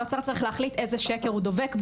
האוצר צריך להחליט באיזה שקר הוא דבק,